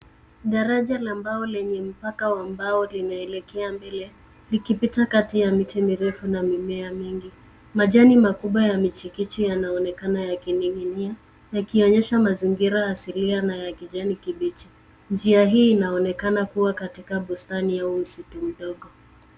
Daraja la mbao lenye mpaka wa mbao linaelekea mbele likipita kati ya miti mirefu na mimea mingi. Majani makubwa ya michikichi yanaonekana yakining'inia yakionyesha mazingira asilia na ya kijani kibichi. Njia hii inaonekana kuwa katika bustani au msitu mdogo.